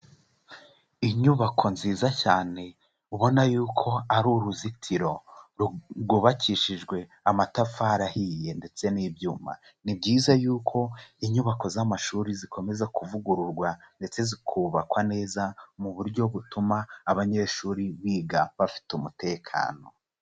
Inyubako nziza cyane ubona yuko ari uruzitiro rwubakishijwe amatafari ahiye ndetse n'ibyuma. Ni byiza yuko inyubako z'amashuri zikomeza kuvugururwa ndetse zikubakwa neza mu buryo butuma abanyeshuri biga bafite umutekano.